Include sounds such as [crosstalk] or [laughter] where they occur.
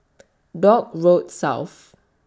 [noise] Dock Road South